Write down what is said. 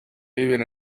viven